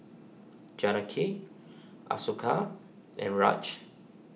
Janaki Ashoka and Raj